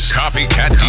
copycat